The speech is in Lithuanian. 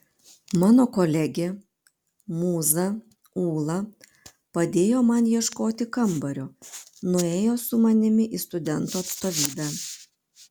mano kolegė mūza ūla padėjo man ieškoti kambario nuėjo su manimi į studentų atstovybę